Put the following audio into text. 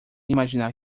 imaginar